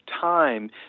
time